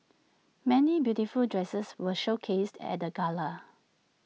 many beautiful dresses were showcased at the gala